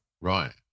Right